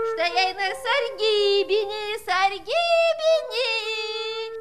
štai eina ir sargybinis sargybini